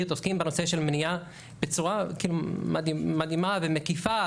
עוסקים בנושא של מניעה בצורה מדהימה ומקיפה,